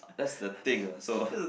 that's the thing ah so